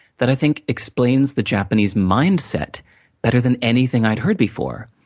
that, i think, explains the japanese mindset better than anything i'd heard before.